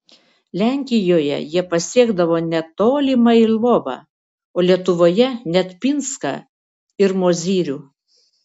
lenkijoje jie pasiekdavo net tolimąjį lvovą o lietuvoje net pinską ir mozyrių